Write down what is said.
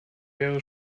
wäre